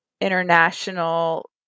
international